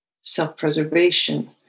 self-preservation